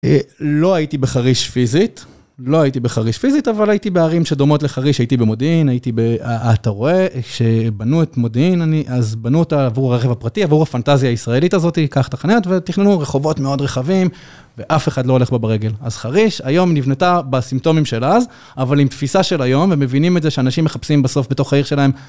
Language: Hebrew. לא הייתי בחריש פיזית, לא הייתי בחריש פיזית, אבל הייתי בערים שדומות לחריש, הייתי במודיעין, הייתי ב... אתה רואה, כשבנו את מודיעין אני... אז בנו אותה עבור הרכב הפרטי, עבור הפנטזיה הישראלית הזאת, קח ת'חניה ותכננו רחובות מאוד רחבים ואף אחד לא הולך בה ברגל. אז חריש היום נבנתה בסימפטומים של אז, אבל עם תפיסה של היום, הם מבינים את זה שאנשים מחפשים בסוף בתוך העיר שלהם.